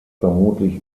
vermutlich